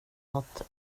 nåt